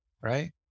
Right